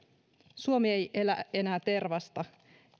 suomi ei elä enää tervasta